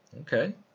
Okay